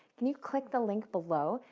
can you click the link below?